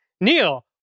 Neil